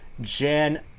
Jan